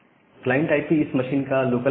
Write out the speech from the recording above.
client IP इस machine का local IP है